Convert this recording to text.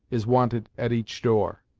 is wanted at each door.